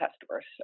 customers